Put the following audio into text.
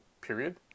period